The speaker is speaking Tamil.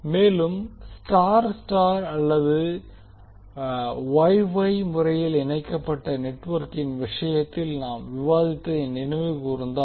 மேலும் ஸ்டார் ஸ்டார் அல்லது வொய் வொய் முறையில் இணைக்கப்பட்ட நெட்வொர்க்கின் விஷயத்தில் நாம் விவாதித்ததை நினைவு கூர்ந்தால்